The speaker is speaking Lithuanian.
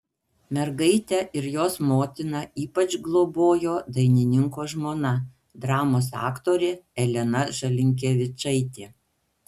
mergaitę ir jos motiną ypač globojo dainininko žmona dramos aktorė elena žalinkevičaitė